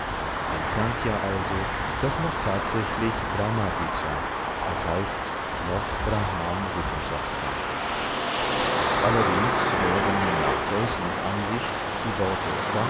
ein snkhya also das noch tatsächlich brahmavidy d h noch brahman wissenschaft war allerdings wären nach deussens ansicht die worte